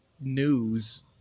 news